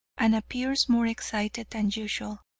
and appears more excited than usual.